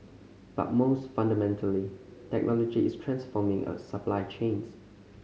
but most fundamentally technology is transforming a supply chains